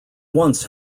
once